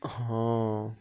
ହଁ